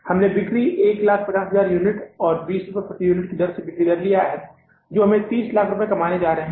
हमने बिक्री 150000 यूनिट और बीस प्रति यूनिट की बिक्री दर से लिया है जो हम तीस लाख रुपये कमाने जा रहे हैं